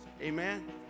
Amen